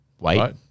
Wait